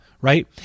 right